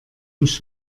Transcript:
mich